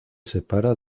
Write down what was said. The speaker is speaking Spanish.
separa